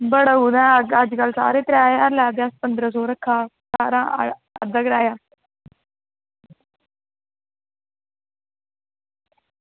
बड़ा बूरा हाल अज्जकल त्रैऽ ज्हार ले दे साढ़े पंदरां सौ ऐ साढ़े अद्धा